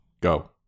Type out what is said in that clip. Go